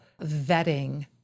vetting